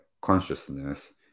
consciousness